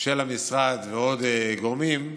של המשרד ועוד גורמים,